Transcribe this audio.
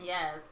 Yes